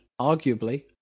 arguably